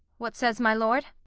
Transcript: what says my lord?